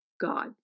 God